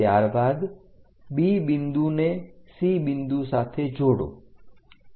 ત્યારબાદ B બિંદુને C બિંદુ સાથે જોડો